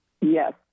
Yes